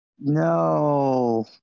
No